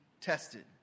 tested